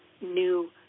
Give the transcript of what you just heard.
new